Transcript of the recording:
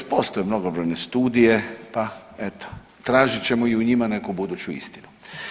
Postoje mnogobrojne studije pa eto tražit ćemo i u njima neku buduću istinu.